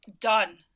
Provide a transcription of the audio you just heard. done